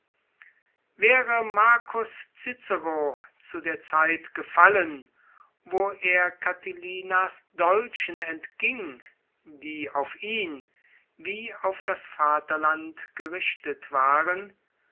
marcus cicero zu der zeit gefallen wo er catilina's dolchen entging die auf ihn wie auf das vaterland gerichtet waren